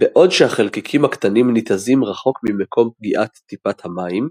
בעוד שהחלקיקים הקטנים ניתזים רחוק ממקום פגיעת טיפת המים,